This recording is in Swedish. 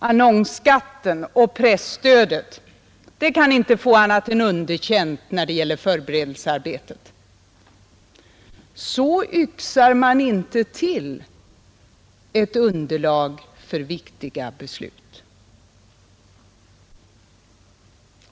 Annonsskatten och presstödet kan inte få annat än underkänt när det gäller förberedelsearbetet. Så yxar man inte till ett underlag för viktiga beslut!